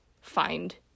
find